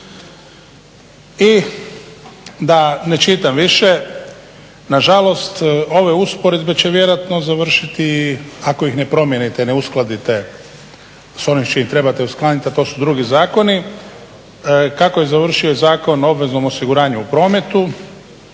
I da ne čitam više, nažalost ove usporedbe će vjerojatno završiti ako ih ne promijenite, ne uskladite s onim s čim trebate uskladiti, a to su drugi zakoni, kako je završio Zakon o obveznom osiguranju u prometu,